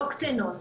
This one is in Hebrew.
לא קטנות.